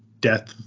death